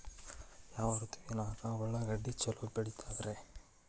ಯಾವ ಋತುವಿನಾಗ ಉಳ್ಳಾಗಡ್ಡಿ ಛಲೋ ಬೆಳಿತೇತಿ ರೇ?